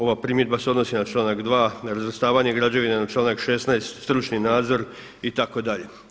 Ova primjedba se odnosi na članak 2. na razvrstavanje građevina, na članak 16. stručni nadzor itd.